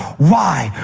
why,